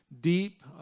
deep